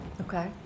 Okay